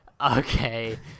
okay